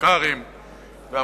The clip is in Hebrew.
מלכ"רים ועמותות.